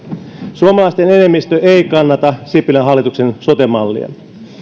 suomalaisten enemmistö ei kannata sipilän hallituksen sote mallia